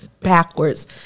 backwards